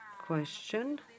question